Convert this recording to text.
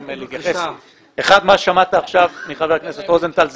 מה ששמעת עכשיו מחבר הכנסת רוזנטל,